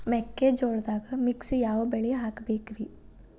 ಮೆಕ್ಕಿಜೋಳದಾಗಾ ಮಿಕ್ಸ್ ಯಾವ ಬೆಳಿ ಹಾಕಬೇಕ್ರಿ?